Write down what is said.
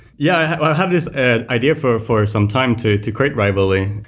yeah. i have this ah idea for for some time to to create rivaly.